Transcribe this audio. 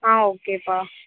ஆ ஓகேபா